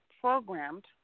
programmed